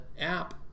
app